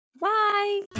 Bye